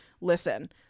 listen